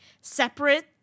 separate